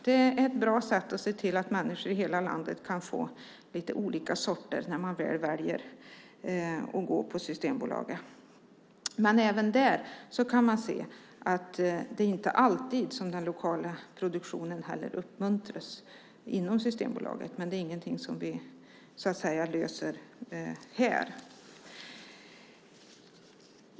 Det är ett bra sätt att se till att människor i hela landet kan få lite olika sorter när man väl väljer att gå på Systembolaget. Men även där kan man se att det inte alltid är så att den lokala produktionen uppmuntras. Men det är ingenting som vi löser här.